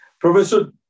Professor